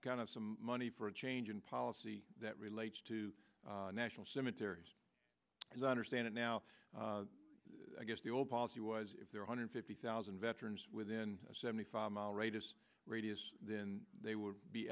kind of some money for a change in policy that relates to national cemeteries and understand it now i guess the old policy was if there are hundred fifty thousand veterans within seventy five mile radius radius then they would be